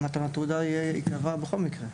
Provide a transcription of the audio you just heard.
מתן התעודה ייקבע בכל מקרה.